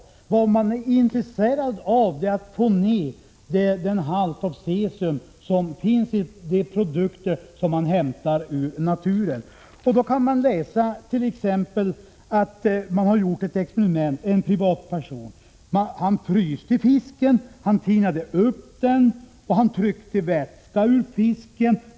De är intresserade av att få ned halten av cesium i de produkter de hämtar i naturen. Man kan exempelvis läsa om att en privatperson har gjort ett experiment: Han fryste fisken, han tinade upp den, han tryckte vätska ur fisken.